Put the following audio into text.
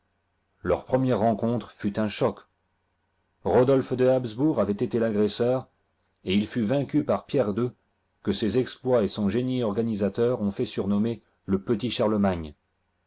leur première rencontre fut un choc rodolphe de habsbourg avait été l'agresseur et il fut vaincu par pierre ii que ses exploits et son génie organisateur ont fait surnommer le petit charlemagne